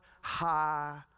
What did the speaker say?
high